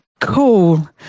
Cool